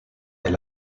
est